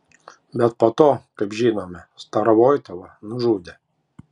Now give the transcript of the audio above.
bet po to kaip žinome starovoitovą nužudė